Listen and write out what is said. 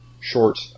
short